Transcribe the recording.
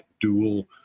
dual